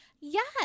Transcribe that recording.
Yes